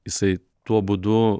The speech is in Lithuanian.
jisai tuo būdu